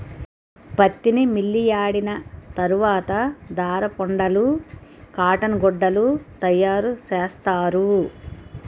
పత్తిని మిల్లియాడిన తరవాత దారపుండలు కాటన్ గుడ్డలు తయారసేస్తారు